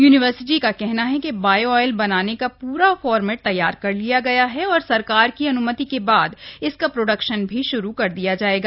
university का कहना है कि बायोऑइल बनाने का पूरा फार्मेट तैयार कर लिया गया है और सरकार की अन्मति के बाद इसका प्रोडक्शन भी श्रू कर दिया जाएगा